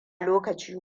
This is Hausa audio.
lokaci